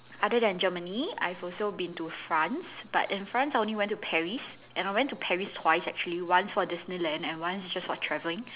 other than Germany I've also been to France but in France I only went to Paris and I went to Paris twice actually once for Disneyland and once just for traveling